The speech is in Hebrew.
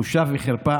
בושה וחרפה.